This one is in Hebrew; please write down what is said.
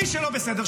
מי שלא בסדר,